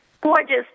gorgeous